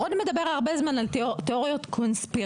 רון מדבר הרבה זמן על תיאוריות קונספירציה.